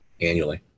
annually